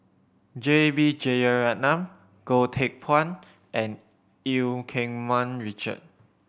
J B Jeyaretnam Goh Teck Phuan and Eu Keng Mun Richard